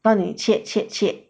帮你切切切